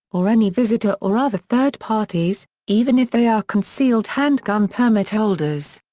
or any visitor or other third parties, even if they are concealed handgun permit holders.